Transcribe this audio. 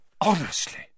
Honestly